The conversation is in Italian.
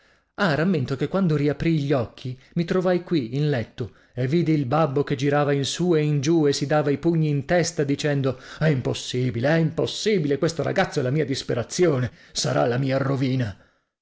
ah rammento che quando riaprii gli occhi mi trovai qui in letto e vidi il babbo che girava in su e in giù e si dava i pugni in testa dicendo è impossibile è impossibile questo ragazzo è la mia disperazione sarà la mia rovina